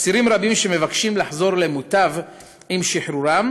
אסירים רבים שמבקשים לחזור למוטב עם שחרורם,